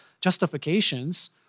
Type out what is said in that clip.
justifications